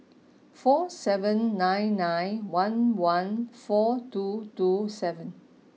four seven nine nine one one four two two seven